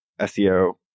SEO